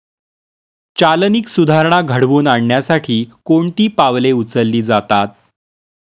चालनीक सुधारणा घडवून आणण्यासाठी कोणती पावले उचलली जातात?